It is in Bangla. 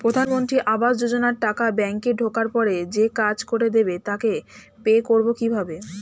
প্রধানমন্ত্রী আবাস যোজনার টাকা ব্যাংকে ঢোকার পরে যে কাজ করে দেবে তাকে পে করব কিভাবে?